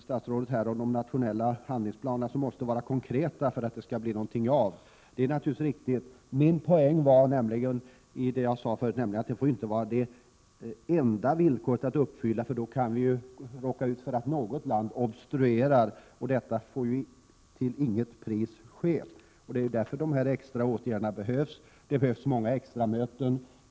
Statsrådet säger att de nationella handlingsplanerna måste vara konkreta om de skall kunna leda någon vart. Det är naturligtvis riktigt. Poängen med det jag sade förut var ju att det inte bara skall vara det här villkoret som skall uppfyllas. Vi kan råka ut för att något land obstruerar, och det måste till varje pris undvikas. Det är ju därför som det behövs extra åtgärder. Det behövs också många extra möten.